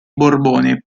borbone